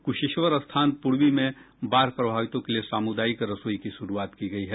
कुशेश्वर स्थान पूर्वी में बाढ़ प्रभावितों के लिए सामुदायिक रसोई की शुरूआत की गयी है